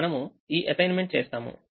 కాబట్టి మనము ఈ అసైన్మెంట్ చేస్తాము